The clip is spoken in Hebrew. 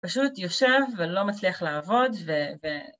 פשוט יושב ולא מצליח לעבוד ו...